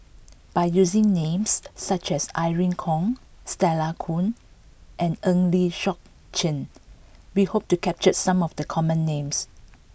by using names such as Irene Khong Stella Kon and Eng Lee Seok Chee we hope to capture some of the common names